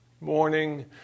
Morning